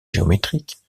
géométriques